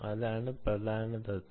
അതാണ് പ്രധാനതത്ത്വം